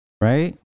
Right